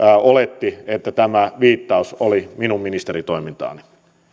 oletti että tämä viittaus oli minun ministeritoimintaani